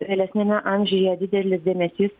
vėlesniame amžiuje didelis dėmesys